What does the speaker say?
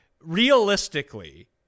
realistically